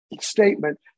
statement